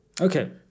Okay